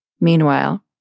Meanwhile